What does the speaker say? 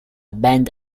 band